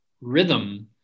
rhythm